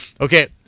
Okay